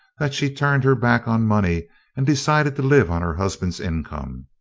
that she turned her back on money and decided to live on her husband's income.